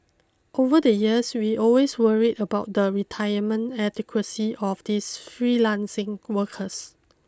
over the years we always worried about the retirement adequacy of these freelancing workers